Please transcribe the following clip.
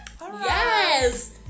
Yes